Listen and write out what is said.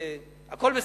הכול בסדר.